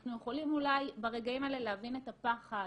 שאנחנו יכולים אולי ברגעים האלה להבין את הפחד,